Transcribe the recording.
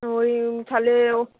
ওই তাহলে ও